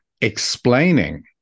explaining